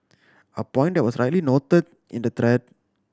a point that was rightly noted in the thread